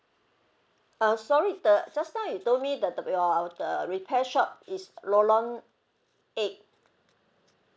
ah sorry the just now you told me the the your uh repair shop is lorong eight